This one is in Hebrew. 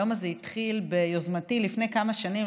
היום הזה התחיל ביוזמתי לפני כמה שנים,